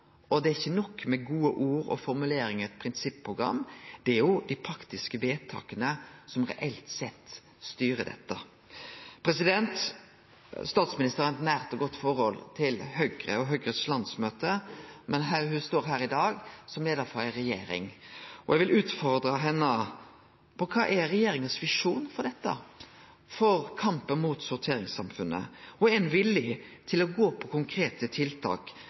og det er ikkje nok med gode ord og formuleringar i eit prinsipprogram, det er dei praktiske vedtaka som reelt sett styrer dette. Statsministeren har eit nært og godt forhold til Høgre og Høgres landsmøte, men ho står her i dag som leiar for ei regjering. Eg vil utfordre henne på kva som er regjeringa sin visjon for dette, for kampen mot sorteringssamfunnet. Er ein villig til å gå til konkrete tiltak,